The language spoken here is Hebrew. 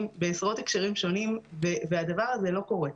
בעשרות הקשרים שונים והדבר הזה לא קורה.